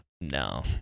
No